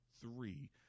three